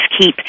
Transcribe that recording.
keep